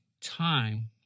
time